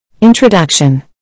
Introduction